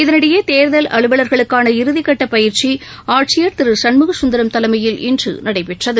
இதனிடையே தேர்தல் அலுவல்களுக்கான இறுதிக்கட்ட பயிற்சி ஆட்சியர் திரு சண்முக சுந்தரம் தலைமையில் இன்று நடைபெற்றது